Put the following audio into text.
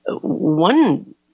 one